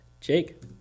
Jake